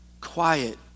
quiet